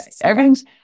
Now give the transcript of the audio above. Everything's